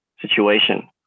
situation